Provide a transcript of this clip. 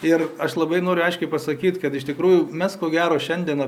ir aš labai noriu aiškiai pasakyt kad iš tikrųjų mes ko gero šiandien